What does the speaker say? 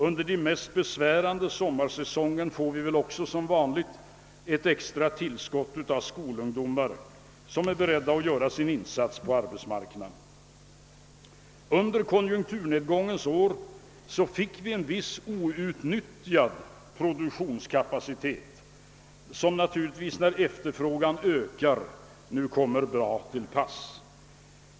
Under den mest besvärande sommarsäsongen får vi väl också som vanligt ett extra tillskott av skolungdomar som är beredda att göra sin insats på arbetsmarknaden. Under konjunkturnedgångens år uppstod en viss outnyttjad produktionskapacitet som kommer väl till pass när efterfrågan ökar.